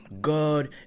God